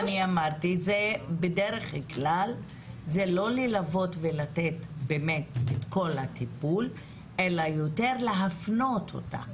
בדרך כלל זה לא ללוות ולתת באמת את כל הטיפול אלא יותר להפנות אותה.